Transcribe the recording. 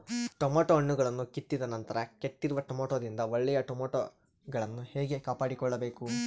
Tomato ಹಣ್ಣುಗಳನ್ನು ಕಿತ್ತಿದ ನಂತರ ಕೆಟ್ಟಿರುವ ಟೊಮೆಟೊದಿಂದ ಒಳ್ಳೆಯ ಟೊಮೆಟೊಗಳನ್ನು ಹೇಗೆ ಕಾಪಾಡಿಕೊಳ್ಳಬೇಕು?